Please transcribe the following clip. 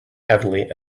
heavily